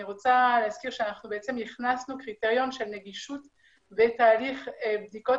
רוצה להזכיר שאנחנו בעצם הכנסנו קריטריון של נגישות בתהליך בדיקות